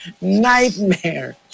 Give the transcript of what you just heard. Nightmare